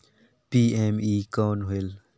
PME कौन होयल?